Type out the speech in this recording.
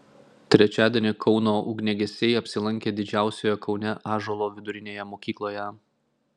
trečiadienį kauno ugniagesiai apsilankė didžiausioje kaune ąžuolo vidurinėje mokykloje